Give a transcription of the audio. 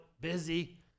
busy